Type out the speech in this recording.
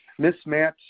Mismatch